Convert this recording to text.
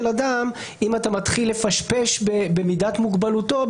אדם אם אתה מתחיל לפשפש במידת מוגבלותו.